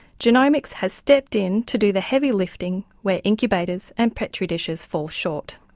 genomics has stepped in to do the heavy lifting where incubators and petri dishes fall short.